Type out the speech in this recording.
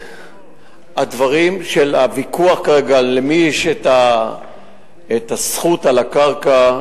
כרגע הוויכוח למי יש הזכות על הקרקע,